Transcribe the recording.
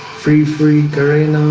free free terrain are